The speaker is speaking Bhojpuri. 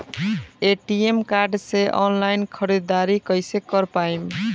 ए.टी.एम कार्ड से ऑनलाइन ख़रीदारी कइसे कर पाएम?